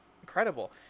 incredible